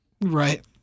Right